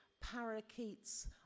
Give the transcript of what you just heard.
Parakeets